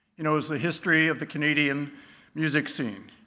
he knows the history of the canadian music scene.